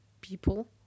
people